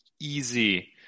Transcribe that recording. Easy